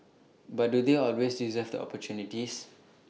but do they always deserve the opportunities